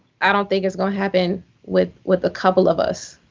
i don't think it's gonna happen with with a couple of us.